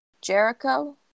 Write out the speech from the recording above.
Jericho